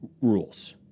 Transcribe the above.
Rules